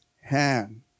hand